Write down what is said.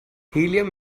helium